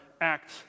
act